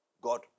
God